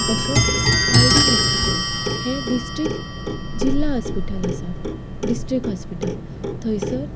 तशेंच I D hospital हें district जिल्लो हॉस्पीटल आसा डिस्ट्रिक्ट हॉस्पीटल थंयसर